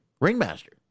Ringmaster